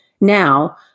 Now